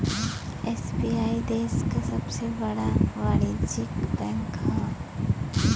SBI देश क सबसे बड़ा वाणिज्यिक बैंक हौ